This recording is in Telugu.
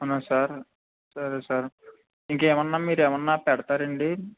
అవునా సార్ సరే సార్ ఇంకేమైనా మీరు ఏమైనా పెడతారా అండి